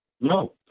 No